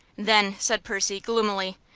then, said percy, gloomily,